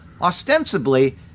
ostensibly